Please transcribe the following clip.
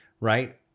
right